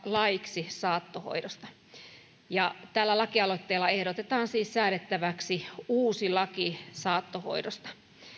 laiksi saattohoidosta ja tällä lakialoitteella ehdotetaan siis säädettäväksi uusi laki saattohoidosta